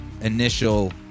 initial